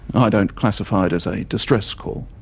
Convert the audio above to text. i don't classify it as a distress call.